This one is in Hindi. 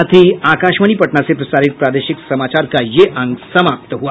इसके साथ ही आकाशवाणी पटना से प्रसारित प्रादेशिक समाचार का ये अंक समाप्त हुआ